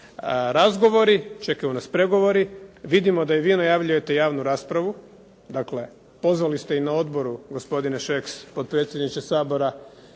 razgovori, čekaju nas pregovori. Vidimo da i vi najavljujete javnu raspravu. Dakle, pozvali ste i na odboru gospodine Šeks, potpredsjedniče Sabora